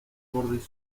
borde